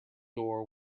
door